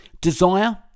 Desire